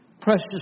Precious